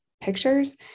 pictures